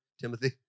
Timothy